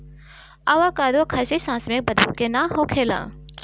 avocado खाए से सांस में बदबू के ना होखेला